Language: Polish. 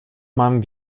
mam